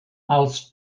alts